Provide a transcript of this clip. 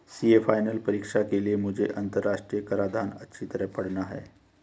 CA final परीक्षा के लिए मुझे अंतरराष्ट्रीय कराधान अच्छी तरह पड़ना है